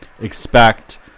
expect